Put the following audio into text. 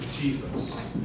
Jesus